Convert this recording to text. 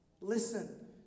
Listen